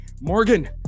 Morgan